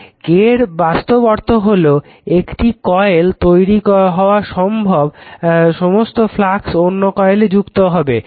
K এর বাস্তব অর্থ হলো একটি কয়েলে তৈরি হওয়া সমস্ত ফ্লাক্স অন্য কয়েলে যুক্ত হবে